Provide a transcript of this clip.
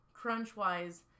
Crunch-wise